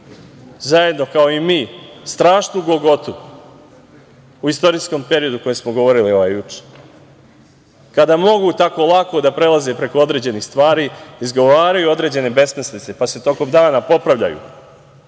zajedno kao i mi, strašnu golgotu u istorijskom periodu o kojem smo govorili juče, kada mogu tako lako da prelaze preko određenih stvari, izgovaraju određene besmislice, pa se tokom dana popravljaju,